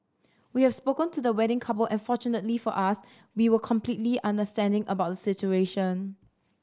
we have spoken to the wedding couple and fortunately for us we were completely understanding about the situation